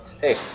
hey